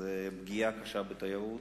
זו פגיעה קשה בתיירות,